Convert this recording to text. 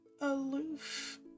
aloof